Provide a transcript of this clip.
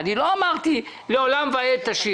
היה חשוב לדעת גם את זה.